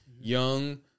young